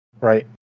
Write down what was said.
Right